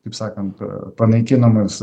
taip sakant panaikinamas